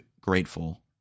grateful